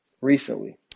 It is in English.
recently